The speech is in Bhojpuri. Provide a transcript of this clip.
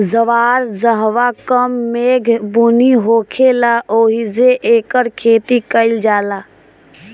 जवार जहवां कम मेघ बुनी होखेला ओहिजे एकर खेती कईल जाला